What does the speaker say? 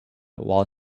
while